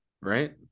right